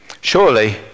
surely